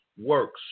works